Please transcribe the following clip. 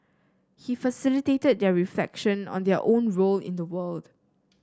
he facilitated their reflection on their own role in the world